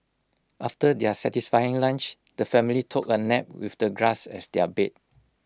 after their satisfying lunch the family took A nap with the grass as their bed